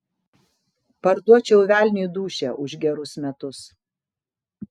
parduočiau velniui dūšią už gerus metus